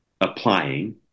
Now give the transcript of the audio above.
applying